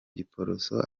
giporoso